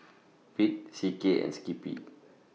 Veet C K and Skippy